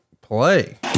play